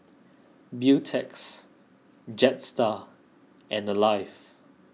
Beautex Jetstar and Alive